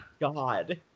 God